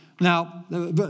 Now